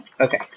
Okay